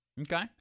Okay